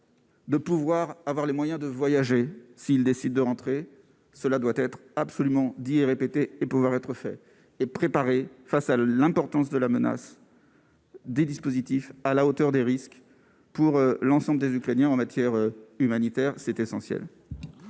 De pouvoir avoir les moyens de voyager s'il décide de rentrer, cela doit être absolument dit et répété et pouvoir être fait et préparée face à l'importance de la menace des dispositifs à la hauteur des risques pour l'ensemble des Ukrainiens en matière humanitaire c'est essentiel.